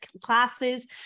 classes